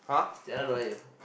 Stella don't like you